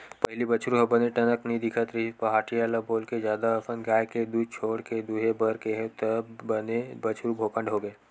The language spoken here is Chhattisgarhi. पहिली बछरु ह बने टनक नइ दिखत रिहिस पहाटिया ल बोलके जादा असन गाय के दूद छोड़ के दूहे बर केहेंव तब बने बछरु भोकंड होगे